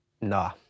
Nah